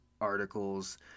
articles